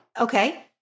Okay